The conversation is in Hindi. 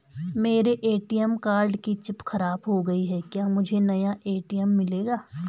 मेरे ए.टी.एम कार्ड की चिप खराब हो गयी है क्या मुझे नया ए.टी.एम मिलेगा?